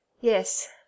yes